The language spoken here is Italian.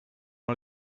una